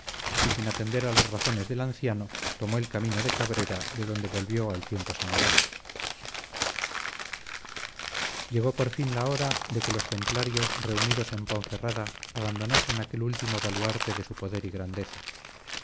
y sin atender a las razones del anciano tomó el camino de cabrera de donde volvió al tiempo señalado llegó por fin la hora de que los templarios reunidos en ponferrada abandonasen aquel último baluarte de su poder y grandeza